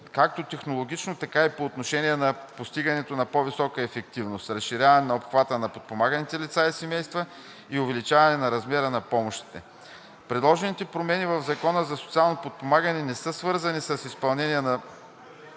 както технологично, така и по отношение на постигането на по-висока ефективност – разширяване на обхвата на подпомаганите лица и семейства и увеличаване на размера на помощите. Предложените промени в Закона за социално подпомагане не са свързани с изпълнение на